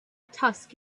tusk